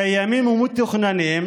קיימים ומתוכננים,